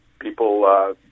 people –